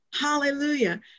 Hallelujah